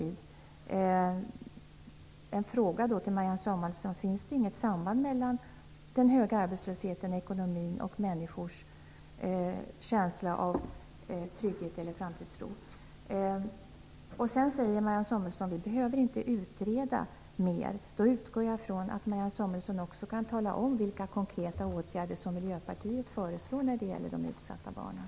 Jag vill därför fråga Marianne Samuelsson: Finns det inget samband mellan den höga arbetslösheten i ekonomin och människors känsla av trygghet och framtidstro? Marianne Samuelsson säger vidare att vi inte behöver utreda mer. Jag utgår från att Marianne Samuelsson också kan tala om vilka konkreta åtgärder som Miljöpartiet föreslår när det gäller de utsatta barnen.